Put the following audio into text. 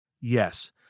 Yes